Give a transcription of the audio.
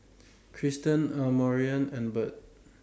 Kristyn Amarion and Bird